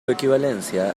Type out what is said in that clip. equivalencia